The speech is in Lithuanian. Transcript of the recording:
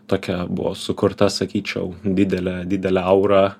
tokia buvo sukurta sakyčiau didelė didelė aura